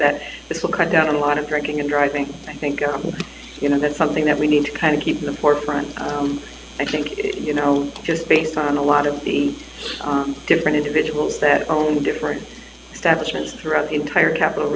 that this will cut down on a lot of drinking and driving i think you know that's something that we need to kind of keep the forefront i think you know just based on a lot of the different individuals that own different stephens throughout the entire capital